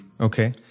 Okay